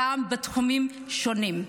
גם בתחומים שונים.